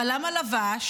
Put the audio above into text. אבל למה לבשת?